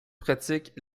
pratiquent